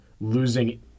losing